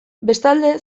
bestalde